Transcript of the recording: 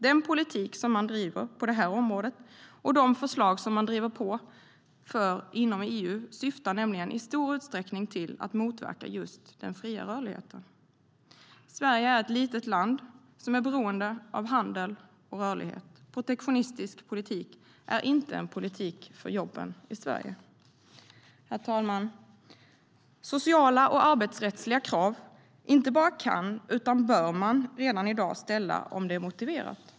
Den politik som man driver på det här området och de förslag som man driver på för inom EU syftar nämligen i stor utsträckning till att motverka just den fria rörligheten. Sverige är ett litet land som är beroende av handel och rörlighet. Protektionistisk politik är inte en politik för jobben i Sverige. Herr talman! Sociala och arbetsrättsliga krav inte bara kan utan bör ställas redan i dag om det är motiverat.